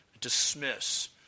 dismiss